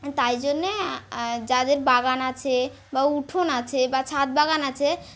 তাই জন্যে যাদের বাগান আছে বা উঠোন আছে বা ছাদ বাগান আছে